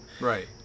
right